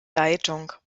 leitung